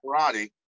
karate